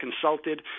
consulted